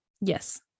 Yes